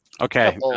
okay